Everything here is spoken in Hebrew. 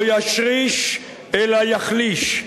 לא ישריש אלא יחליש.